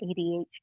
ADHD